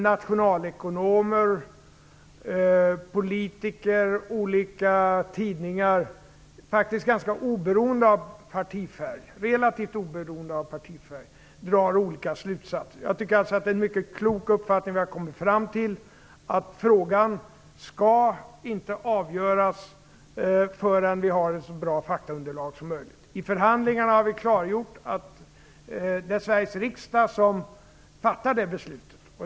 Nationalekonomer, politiker och olika tidningar, relativt oberoende av partifärg, drar olika slutsatser av detta. Jag tycker alltså att det är en mycket klok uppfattning som vi har kommit fram, nämligen att frågan inte skall avgöras förrän vi har ett så bra faktaunderlag som möjligt. I förhandlingarna har vi klargjort att det är Sveriges riksdag som fattar det här beslutet.